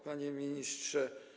Panie Ministrze!